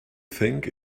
think